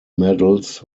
medals